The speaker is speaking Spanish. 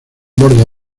borde